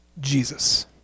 Jesus